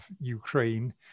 Ukraine